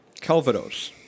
Calvados